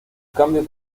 cambio